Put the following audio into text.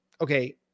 okay